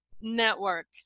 Network